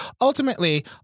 Ultimately